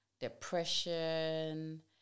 depression